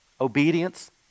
obedience